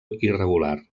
irregular